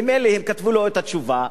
ממילא כתבו לו את התשובה,